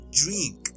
drink